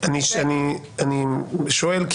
אני שואל,